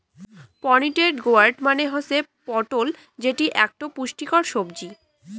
pointed গোয়ার্ড মানে হসে পটল যেটি আকটো পুষ্টিকর সাব্জি